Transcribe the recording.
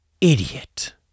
idiot